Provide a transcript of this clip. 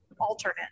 alternate